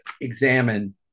examine